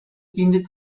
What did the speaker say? bindet